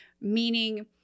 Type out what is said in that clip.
meaning